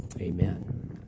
amen